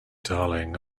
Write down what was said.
darling